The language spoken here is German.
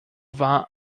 war